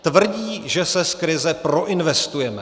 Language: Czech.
Tvrdí, že se z krize proinvestujeme.